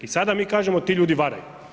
I sada mi kažemo ti ljudi varaju.